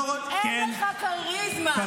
רון, אין לך כריזמה.